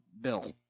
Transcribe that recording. bill